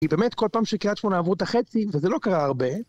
כי באמת כל פעם שקריית שמונה עברו את החצי וזה לא קרה הרבה